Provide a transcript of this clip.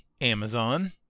Amazon-